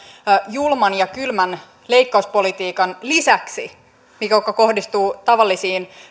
julman ja kylmän leikkauspolitiikan lisäksi mikä kohdistuu tavallisiin